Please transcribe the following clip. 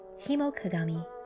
himokagami